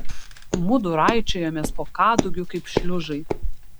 mudu raičiojomės po kadugiu kaip šliužai